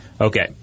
Okay